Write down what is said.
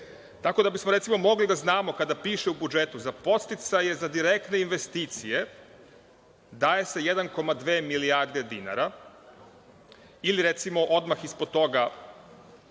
da bismo, recimo, mogli da znamo kada piše u budžetu – za podsticaje za direktne investicije daje se 1,2 milijarde dinara, ili, recimo, odmah ispod toga